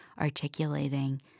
articulating